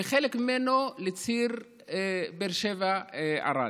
וחלק ממנו בציר באר שבע ערד.